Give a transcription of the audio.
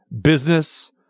business